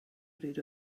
bryd